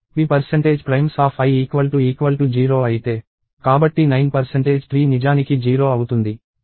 p primesi0 అయితే కాబట్టి 93 నిజానికి 0 అవుతుంది